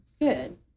Good